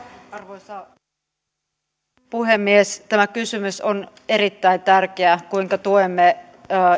arvoisa rouva puhemies tämä kysymys on erittäin tärkeä kuinka tuemme